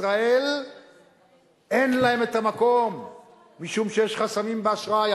בישראל אין להם המקום משום שיש חסמים באשראי.